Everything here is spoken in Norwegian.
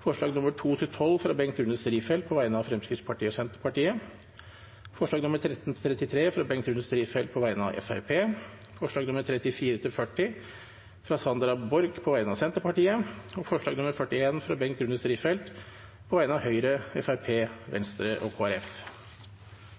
forslagene nr. 2–12, fra Bengt Rune Strifeldt på vegne av Fremskrittspartiet og Senterpartiet forslagene nr. 13–33, fra Bengt Rune Strifeldt på vegne av Fremskrittspartiet forslagene nr. 34–40, fra Sandra Borch på vegne av Senterpartiet forslag nr. 41, fra Bengt Rune Strifeldt på vegne av Høyre, Fremskrittspartiet, Venstre og